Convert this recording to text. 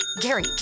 Gary